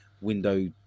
window